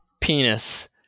penis